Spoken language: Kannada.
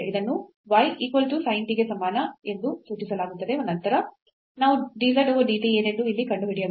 ಇದನ್ನು y equal to sin t ಗೆ ಸಮಾನ ಎಂದು ಸೂಚಿಸಲಾಗುತ್ತದೆ ಮತ್ತು ನಂತರ ನಾವು dz over dt ಏನೆಂದು ಇಲ್ಲಿ ಕಂಡುಹಿಡಿಯಬೇಕು